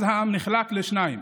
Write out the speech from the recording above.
ואז העם נחלק לשניים,